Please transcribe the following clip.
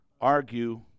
argue